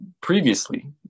previously